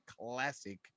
classic